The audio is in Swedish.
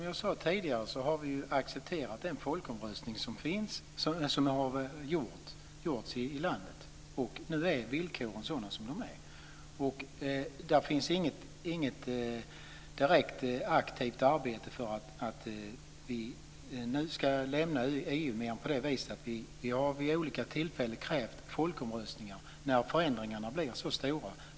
Fru talman! Vi har accepterat den folkomröstning som har gjorts i landet. Nu är villkoren som de är. Där finns inget direkt aktivt arbete för att lämna EU, mer än att vi vid olika tillfällen har krävt folkomröstningar när förändringarna blir för stora.